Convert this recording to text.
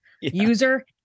user